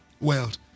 world